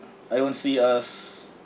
I want to see us